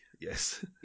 yes